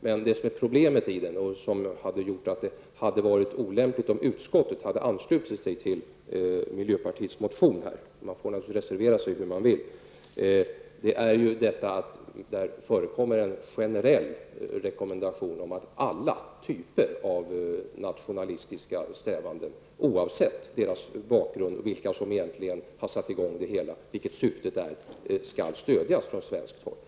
Men det som är problemet i den och som har gjort att det hade varit olämpligt om utskottet hade anslutit sig till miljöpartiets motion -- man får naturligtvis reservera sig hur man vill -- är detta att där förekommer en generell rekommendation om att alla typer av nationalistiska strävanden, oavsett deras bakgrund, vilket syftet är och vilka som egentligen har satt i gång det hela, skall stödjas från svenskt håll.